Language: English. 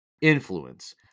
influence